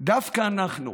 דווקא אנחנו,